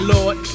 Lord